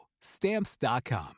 Stamps.com